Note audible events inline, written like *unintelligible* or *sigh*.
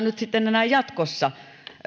*unintelligible* nyt sitten oikeastaan enää jatkossa